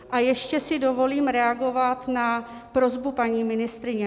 A ještě si dovolím reagovat na prosbu paní ministryně.